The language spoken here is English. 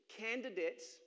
candidates